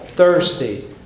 Thirsty